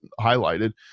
highlighted